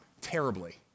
terribly